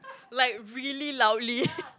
like really loudly